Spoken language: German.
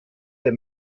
der